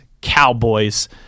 Cowboys